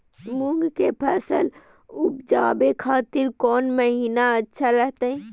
मूंग के फसल उवजावे खातिर कौन महीना अच्छा रहतय?